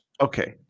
Okay